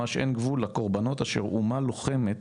ממש אין גבול לקורבנות אשר אומה לוחמת